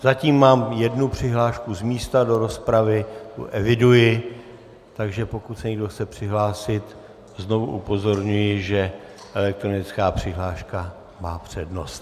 Zatím mám jednu přihlášku z místa do rozpravy, tu eviduji, takže pokud se někdo chce přihlásit, znovu upozorňuji, že elektronická přihláška má přednost.